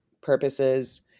purposes